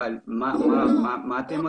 אבל מה הם עושים.